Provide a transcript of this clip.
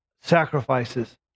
sacrifices